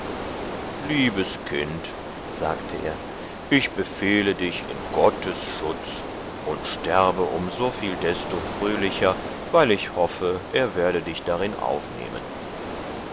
liebes kind sagte er ich befehle dich in gottes schutz und sterbe um soviel desto fröhlicher weil ich hoffe er werde dich darin aufnehmen